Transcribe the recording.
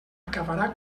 acabarà